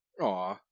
Aw